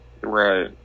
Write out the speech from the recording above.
Right